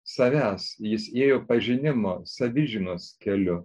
savęs jis ėjo pažinimo savižinos keliu